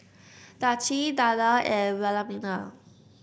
Darci Danna and Wilhelmina